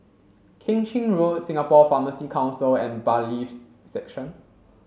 Keng Chin Road Singapore Pharmacy Council and Bailiffs' Section